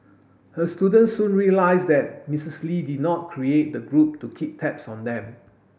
her students soon realised that Mrs Lee did not create the group to keep tabs on them